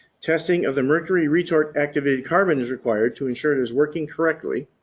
testing of the mercury retort activated carbon is required to ensure it is working correctly.